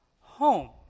home